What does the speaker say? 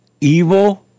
evil